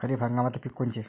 खरीप हंगामातले पिकं कोनते?